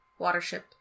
Watership